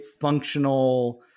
functional